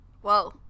Whoa